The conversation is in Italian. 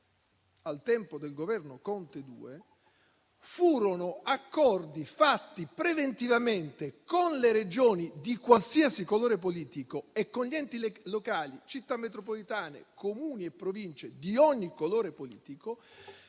al tempo del Governo Conte II, furono fatti preventivamente con le Regioni di qualsiasi colore politico e con gli enti locali (Città metropolitane, Comuni e Province) di ogni colore politico.